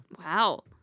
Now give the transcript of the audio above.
Wow